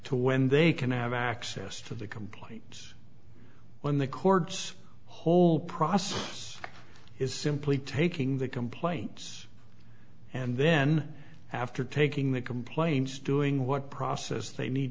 to when they can have access to the complaint when the courts whole process is simply taking the complaints and then after taking the complaints doing what process they need